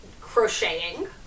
crocheting